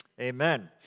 amen